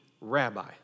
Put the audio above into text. rabbi